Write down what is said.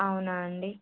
అవునా అండి